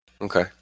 Okay